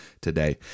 today